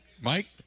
Mike